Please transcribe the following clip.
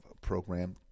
program